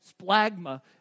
splagma